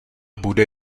bude